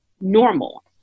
normal